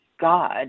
God